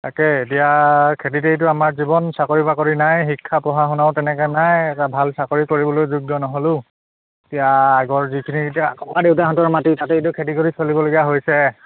তাকে এতিয়া খেতিতেইটো আমাৰ জীৱন চাকৰি বাকৰি নাই শিক্ষা পঢ়া শুনাও তেনেকৈ নায়ে ভাল চাকৰি কৰিবলৈ যোগ্য নহ'লোঁ এতিয়া আগৰ যিখিনি এতিয়া ককা দেউতাহঁতৰ মাটি তাতেইটো খেতি কৰি চলিবলগীয়া হৈছে